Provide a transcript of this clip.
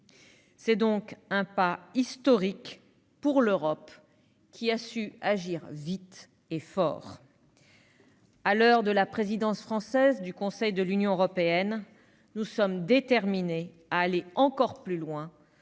C'est donc un pas historique pour l'Europe, qui a su agir vite et fort. À l'heure de la présidence française du Conseil de l'Union européenne (PFUE), nous sommes déterminés à aller encore plus loin